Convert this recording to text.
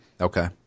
Okay